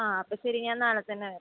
ആ അപ്പോൾ ശരി ഞാൻ നാളത്തന്നെ വരാം